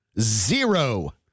Zero